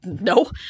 no